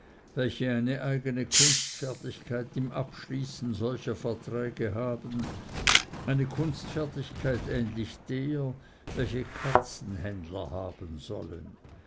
welche eine eigene kunstfertigkeit im abschließen solcher verträge haben eine kunstfertigkeit ähnlich der welche katzenhändler haben sollen